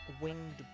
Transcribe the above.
winged